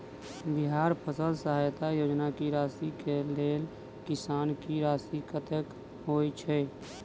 बिहार फसल सहायता योजना की राशि केँ लेल किसान की राशि कतेक होए छै?